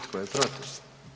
Tko je protiv?